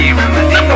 remedy